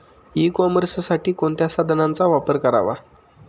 E कॉमर्ससाठी कोणत्या साधनांचा वापर करावा?